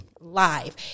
live